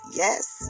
yes